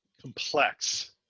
complex